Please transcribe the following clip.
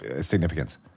significance